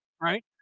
right